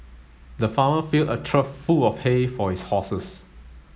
the farmer filled a trough full of hay for his horses